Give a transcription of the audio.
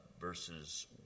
verses